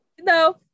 no